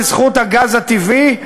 בזכות הגז הטבעי,